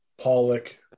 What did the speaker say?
Pollock